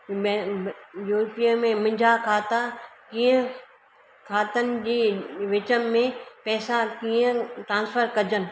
बैं यूपीअ में मुंहिंजा खाता कीअं खातनि जी विच में पैसा कीअं ट्रान्सफर कजनि